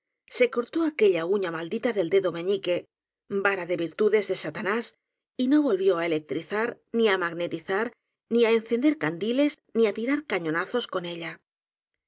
se cortó aquella uña maldita del dedo meñique vara de virtudes de satanás y no volvió á electrizar ni á magnetizar ni á encender candi les ni á tirar cañonazos con ella